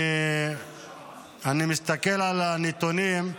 אני מסתכל על הנתונים,